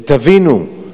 ותבינו,